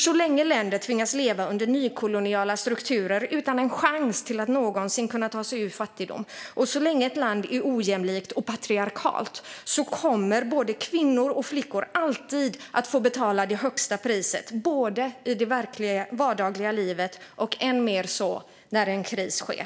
Så länge länder tvingas leva under nykoloniala strukturer utan en chans att kunna ta sig ur fattigdom och så länge ett land är ojämlikt och patriarkalt kommer både kvinnor och flickor alltid att få betala det högsta priset, både i det vardagliga livet och, ännu mer, när en kris pågår.